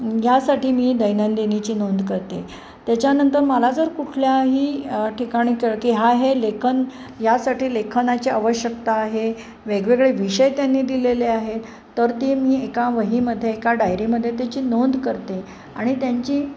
ह्यासाठी मी दैनंदिनीची नोंद करते त्याच्यानंतर मला जर कुठल्याही ठिकाणी कळलं की हा हे लेखन यासाठी लेखनाची आवश्यकता आहे वेगवेगळे विषय त्यांनी दिलेले आहेत तर ती मी एका वहीमध्ये एका डायरीमध्ये त्याची नोंद करते आणि त्यांची